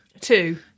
Two